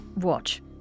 watch